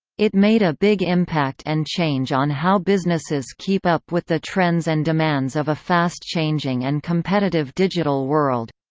it made a big impact and change on how businesses keep up with the trends and demands of a fast-changing and competitive digital world.